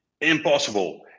impossible